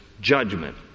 judgment